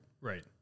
Right